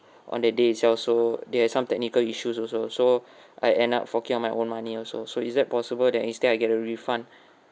on that day itself so they have some technical issues also so I end up poking my own money also so is it possible that instead I get a refund